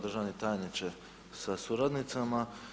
Državni tajniče sa suradnicama.